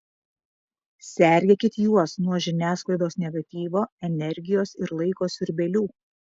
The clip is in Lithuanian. sergėkit juos nuo žiniasklaidos negatyvo energijos ir laiko siurbėlių